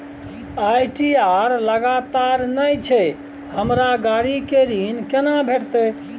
ITR लगातार नय छै हमरा गाड़ी के ऋण केना भेटतै?